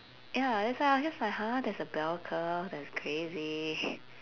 ya that's why I was just like !huh! there's a bell curve that's crazy